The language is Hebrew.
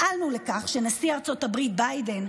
פעלנו לכך שנשיא ארצות הברית ביידן,